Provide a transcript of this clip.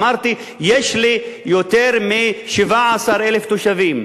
אמרתי שיש לי יותר מ-17,000 תושבים.